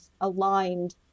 aligned